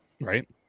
Right